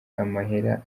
amahera